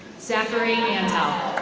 zachary andhow.